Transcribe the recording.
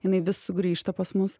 jinai vis sugrįžta pas mus